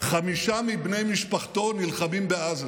חמישה מבני משפחתו נלחמים בעזה